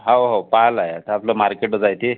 हाव हाव पाहिलं आहे आता आपलं मार्केटच आहे ते